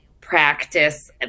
practice